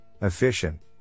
efficient